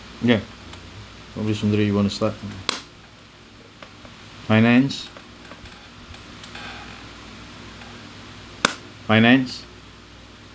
yeah uh which you wanna start mm finance finance